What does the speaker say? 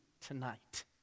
tonight